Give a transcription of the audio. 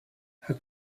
how